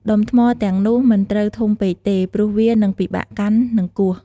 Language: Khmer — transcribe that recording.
ដុំថ្មទាំងនោះមិនត្រូវធំពេកទេ ព្រោះវានឹងពិបាកកាន់ និងគោះ។